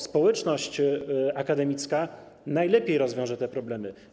Społeczność akademicka najlepiej rozwiąże te problemy.